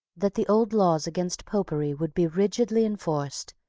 that the old laws against popery would be rigidly enforced,